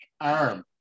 arm